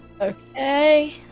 Okay